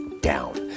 down